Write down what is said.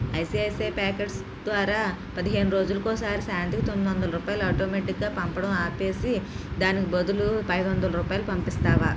ICICI Pockets ద్వారా పదిహేను రోజులకి ఒకసారి శాంతికి తొమ్మిది వందల రూపాయలు ఆటోమేటిక్గా పంపడం ఆపేసి దానికి బదులు ఐదు వందల రూపాయలు పంపిస్తావా